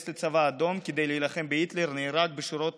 לצבא האדום כדי להילחם בהיטלר ונהרג בשורות